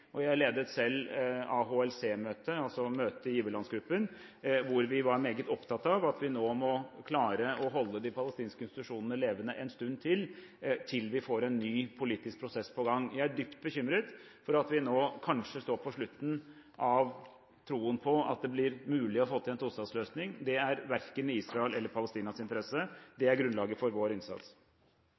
Jeg ledet selv AHLC-møtet, altså møtet i giverlandsgruppen, hvor vi var meget opptatt av at vi nå må klare å holde de palestinske institusjonene levende en stund til, til vi får en ny politisk prosess i gang. Jeg er dypt bekymret for at vi nå ser slutten på troen på at det blir mulig å få til en tostatsløsning. Det er verken i Israels eller Palestinas interesse. Det er grunnlaget for vår innsats.